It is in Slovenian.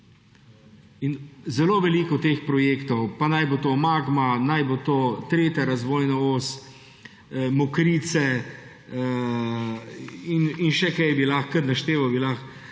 Za zelo veliko teh projektov, pa naj bo to Magna, naj bo to 3. razvojna os, Mokrice in še kaj, bi lahko kar našteval, bi lahko